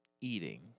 eating